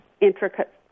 intricate